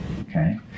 Okay